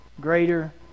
greater